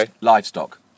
livestock